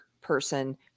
person